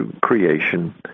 creation